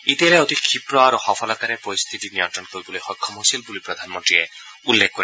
ইটালীয়ে অতি ক্ষিপ্ৰ আৰু সফলতাৰে পৰিস্থিতি নিয়ন্ত্ৰণ কৰিবলৈ সক্ষম হৈছিল বুলি প্ৰধানমন্তীয়ে উল্লেখ কৰে